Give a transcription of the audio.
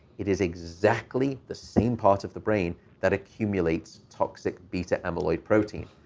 it is exactly the same part of the brain that accumulates toxic beta amyloid protein.